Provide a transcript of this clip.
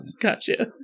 Gotcha